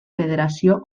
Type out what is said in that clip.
federació